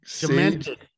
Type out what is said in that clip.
Demented